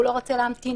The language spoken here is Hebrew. והוא לא רוצה להמתין.